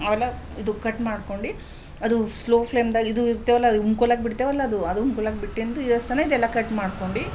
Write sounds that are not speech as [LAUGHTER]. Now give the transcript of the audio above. ಅವೆಲ್ಲ ಇದು ಕಟ್ ಮಾಡ್ಕೊಂಡು ಅದು ಸ್ಲೋ ಫ್ಲೇಮ್ದಾಗ ಇದು ಇರ್ತೇವಲ್ಲ [UNINTELLIGIBLE] ಬಿಡ್ತೇವಲ್ಲ ಅದು [UNINTELLIGIBLE] ಸನೆದೆಲ್ಲ ಕಟ್ ಮಾಡ್ಕೊಂಡು